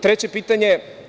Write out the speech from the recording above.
Treće pitanje.